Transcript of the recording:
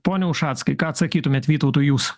pone ušackai ką atsakytumėt vytautui jūs